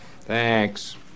Thanks